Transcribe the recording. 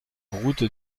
route